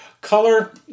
Color